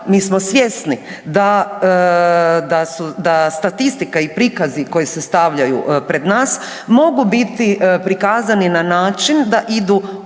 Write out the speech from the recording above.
mi smo svjesni da statistika i prikazi koji se stavljaju pred nas, mogu biti prikazani na način da idu